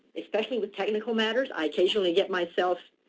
especially with technical matters. i occasionally get myself